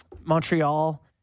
Montreal